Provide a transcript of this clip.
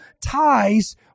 ties